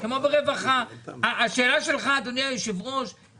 לא ראיתי מעולם חלוקה דיפרנציאלית